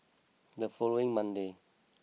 the following Monday